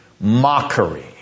mockery